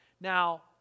Now